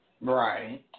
Right